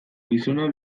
gizona